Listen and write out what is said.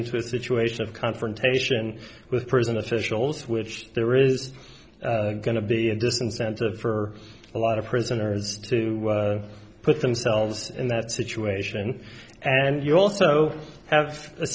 into a situation of confrontation with prison officials which there is going to be a disincentive for a lot of prisoners to put themselves in that situation and you also have a